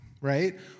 right